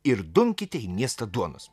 ir dumkite į miestą duonos